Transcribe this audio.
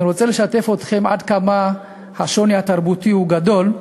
אני רוצה לשתף אתכם, עד כמה השוני התרבותי גדול.